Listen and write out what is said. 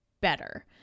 better